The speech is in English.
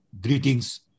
greetings